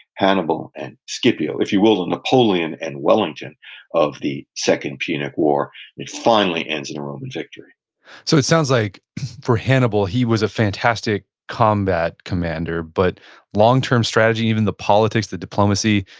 hannibal and scipio, if you will, the napoleon and wellington of the second punic war, and it finally ends in a roman victory so it sounds like for hannibal, he was a fantastic combat commander, but long-term strategy, even the politics, the diplomacy,